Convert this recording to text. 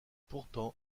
pourtant